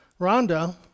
Rhonda